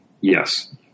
Yes